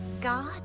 God